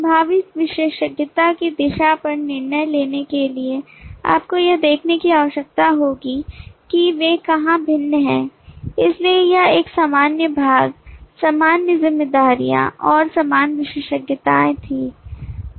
संभावित विशेषज्ञता की दिशा पर निर्णय लेने के लिए आपको यह देखने की आवश्यकता होगी कि वे कहां भिन्न हैं इसलिए यह एक सामान्य भाग सामान्य जिम्मेदारियां और सामान्य विशेषताएं थीं